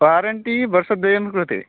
warranty वर्षद्वयं कृते